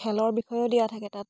খেলৰ বিষয়েও দিয়া থাকে তাত